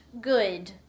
good